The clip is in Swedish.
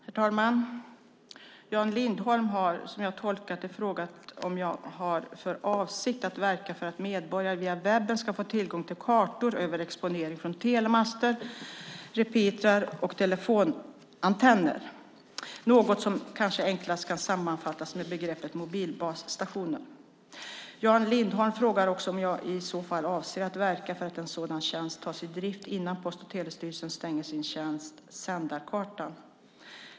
Herr talman! Jan Lindholm har, som jag tolkar det, frågat om jag har för avsikt att verka för att medborgarna via webben ska få tillgång till kartor över exponering från telemaster, repeatrar och telefonantenner - något som kanske enklast kan sammanfattas med begreppet mobilbasstationer. Jan Lindholm frågar också om jag i så fall avser att verka för att en sådan tjänst tas i drift innan Post och telestyrelsen stänger sin tjänst Sändarkartan.